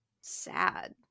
sad